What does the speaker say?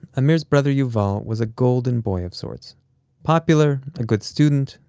amir's brother yuval was a golden boy of sorts popular, a good student,